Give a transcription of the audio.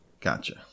Gotcha